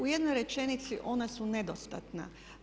U jednoj rečenici ona su nedostatna.